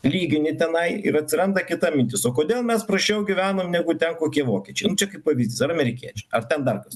lygini tenai ir atsiranda kita mintis o kodėl mes prasčiau gyvenom negu ten kokie vokiečiai nu čia kaip pavyzdys ar amerikiečiai ar ten dar kas